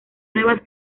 nuevas